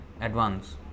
advance